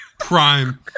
Crime